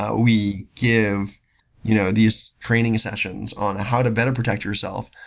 ah we give you know these training sessions on how to better protect yourself,